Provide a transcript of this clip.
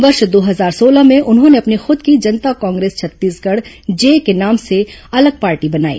वर्ष दो हजार सोलह में उन्होंने अपनी खुद की जनता कांग्रेस छत्तीसगढ़ जे के नाम से अलग पार्टी बनाई